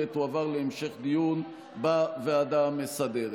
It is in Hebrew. ותועבר להמשך דיון בוועדה המסדרת.